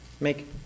make